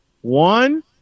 One